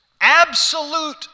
absolute